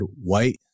white